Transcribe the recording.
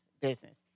business